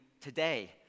today